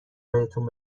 بهتون